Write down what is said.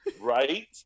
right